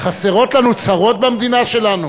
חסרות לנו צרות במדינה שלנו?